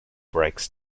breaks